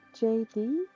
JD